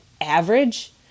average